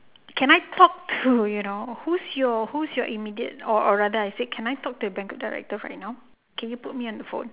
can I talk to you know who's your who's your immediate or or rather I said can I talk to your banquet director right now can you put me on the phone